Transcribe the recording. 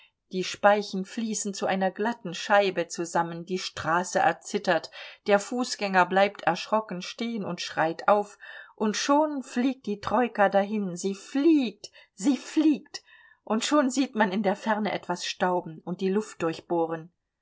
die speichen fließen zu einer glatten scheibe zusammen die straße erzittert der fußgänger bleibt erschrocken stehen und schreit auf und schon fliegt die troika dahin sie fliegt sie fliegt und schon sieht man in der ferne etwas stauben und die luft durchbohren